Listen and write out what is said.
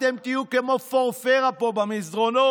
אתם תהיו כמו פורפרה פה במסדרונות,